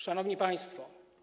Szanowni Państwo!